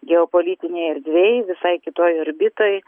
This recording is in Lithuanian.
geopolitinėj erdvėj visai kitoj orbitoj